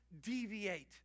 deviate